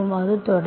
அது தொடரும்